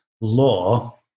law